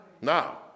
Now